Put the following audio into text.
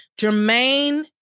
Jermaine